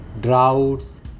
Droughts